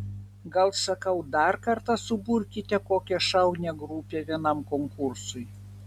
gal sakau dar kartą suburkite kokią šaunią grupę vienam konkursui